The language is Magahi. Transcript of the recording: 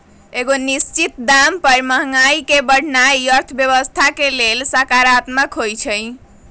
एगो निश्चित दाम पर महंगाई के बढ़ेनाइ अर्थव्यवस्था के लेल सकारात्मक होइ छइ